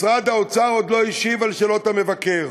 משרד האוצר עוד לא השיב על שאלות המבקר.